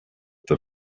the